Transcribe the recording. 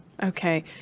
Okay